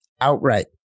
outright